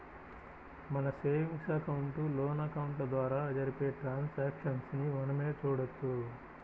మన savings account, loan అకౌంట్ల ద్వారా జరిపే ట్రాన్సాక్షన్స్ ని మనమే చూడొచ్చు